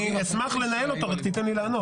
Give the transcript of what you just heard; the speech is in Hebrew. אשמח לנהל אותו רק תן לי לענות.